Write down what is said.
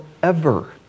forever